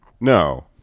No